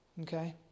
Okay